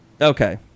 Okay